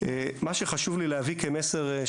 אנחנו משקיעים בבני נוער שיהפכו למבוגרים פרודוקטיביים,